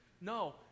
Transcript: No